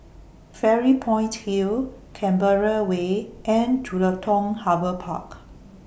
Fairy Point Hill Canberra Way and Jelutung Harbour Park